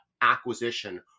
acquisition